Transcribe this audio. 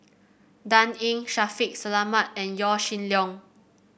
Dan Ying Shaffiq Selamat and Yaw Shin Leong